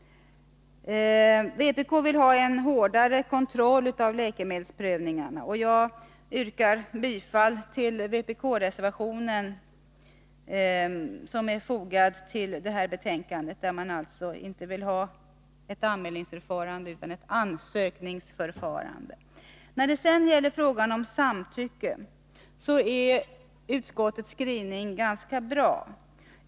Vpk vill ha en hårdare kontroll av läkemedelsprövningarna. Jag yrkar därför bifall till den vpk-reservation som är fogad till utskottsbetänkandet och där vi anger att vi inte vill ha ett anmälningsförfarande utan ett ansökningsförfarande. När det sedan gäller frågan om samtycke är utskottets skrivning ganska bra.